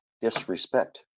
disrespect